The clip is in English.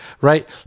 right